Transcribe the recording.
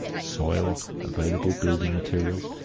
soil, available building materials,